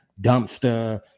dumpster